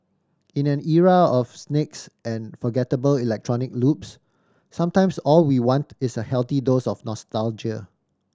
in an era of snakes and forgettable electronic loops sometimes all we want is a healthy dose of nostalgia